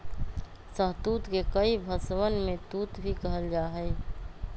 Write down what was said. शहतूत के कई भषवन में तूत भी कहल जाहई